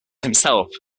himself